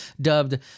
dubbed